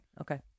Okay